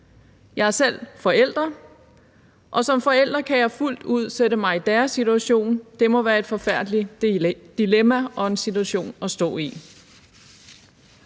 Jeg er selv forælder, og som forælder kan jeg fuldt ud sætte mig i deres situation. Det må være et forfærdeligt dilemma og situation at stå i.